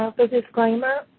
ah the disclaimer